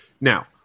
Now